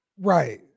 Right